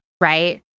right